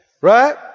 Right